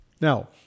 Now